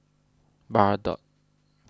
Bardot